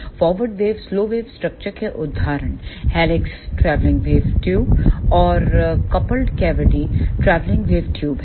forward wave slow wave structure के उदाहरण helix travelling wave tube और couple cavity travelling wave tube हैं